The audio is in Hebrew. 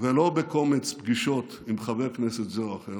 ולא בקומץ פגישות עם חבר כנסת זה או אחר